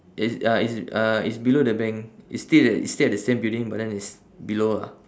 it's uh it's uh it's below the bank it's still a~ it's still at the same building but then it's below ah